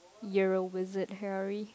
yea visit Herry